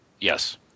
Yes